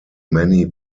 many